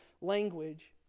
language